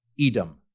Edom